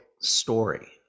story